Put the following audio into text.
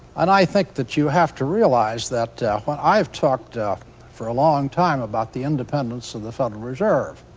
and i think that you have to realize that when i've talked for a long time about the independence of the federal reserve,